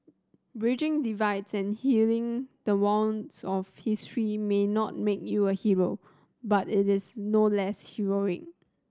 bridging divides and healing the wounds of history may not make you a Hero but it is no less heroic